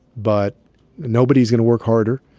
but nobody's going to work harder.